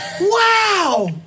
Wow